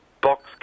box